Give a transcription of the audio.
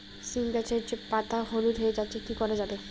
সীম গাছের পাতা হলুদ হয়ে যাচ্ছে কি করা যাবে?